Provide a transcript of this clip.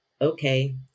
Okay